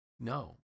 No